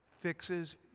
fixes